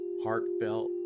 heartfelt